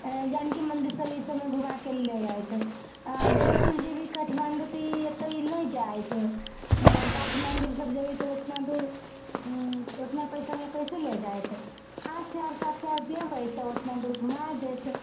जानकी मन्दिर एहि सभमे घुमा के ले आयत आ बेसी दूर जेबै काठमाण्डू तऽ ई ऐते नहि जायत आ काठमाण्डू सभ जेबै तऽ ओतना दूर तऽ ओतना पइसा मे कैसे लय जायत पाँच हजार सात हजार देबै तऽ ओतना दूर घुमा देतऽ